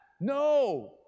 No